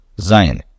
Zion